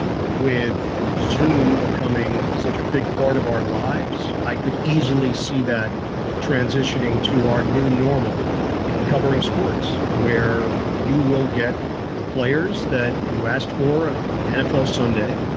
ah with zune becoming such a big part of our lives, i could easily see that transitioning to our new normal in covering sports, where you will get the players that you asked for on an nfl sunday.